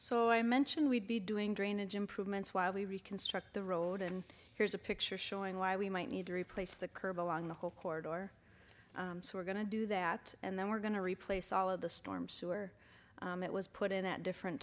so i mentioned we'd be doing drainage improvements while we reconstruct the road and here's a picture showing why we might need to replace the curb along the whole chord or we're going to do that and then we're going to replace all of the storm sewer that was put in at different